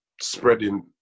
spreading